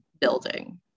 building